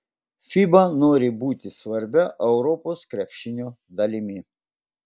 fiba nori būti svarbia europos krepšinio dalimi